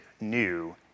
new